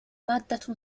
مادة